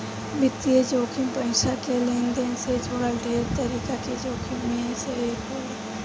वित्तीय जोखिम पईसा के लेनदेन से जुड़ल ढेरे तरीका के जोखिम में से एक होला